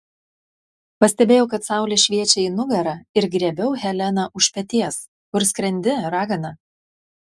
pastebėjau kad saulė šviečia į nugarą ir griebiau heleną už peties kur skrendi ragana